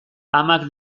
amak